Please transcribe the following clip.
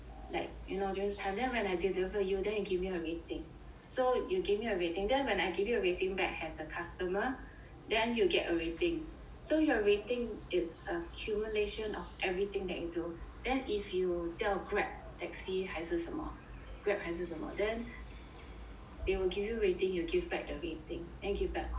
you know during this time then when I deliver to you then you give me a rating so you gave me a rating then when I give you a rating back as a customer then you'll get a rating so your rating is accumulation of everything that you do then if you 叫 Grab taxi 还是什么 Grab 还是什么 then they will give you rating you will give back the rating and give back comment